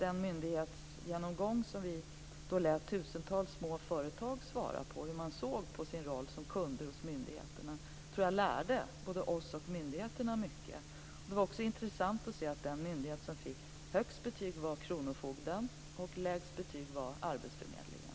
Vi lät tusentals små företag svara på hur de såg på sin roll som kund hos myndigheterna. Det tror jag lärde både oss och myndigheterna mycket. Det var också intressant att se att den myndighet som fick högst betyg var Kronofogdemyndigheten och den som fick lägst betyg var Arbetsförmedlingen.